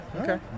Okay